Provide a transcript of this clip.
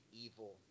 evil